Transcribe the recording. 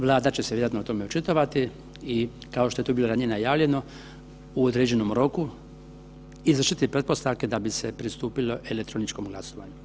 Vlada će se vjerojatno o tome očitovati i kao što je to bilo ranije najavljeno u određenom roku izvršiti pretpostavke da bi se pristupilo elektroničkom glasovanju.